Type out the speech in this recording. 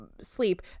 sleep